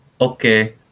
Okay